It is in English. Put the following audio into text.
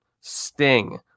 Sting